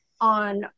on